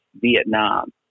Vietnam